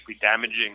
damaging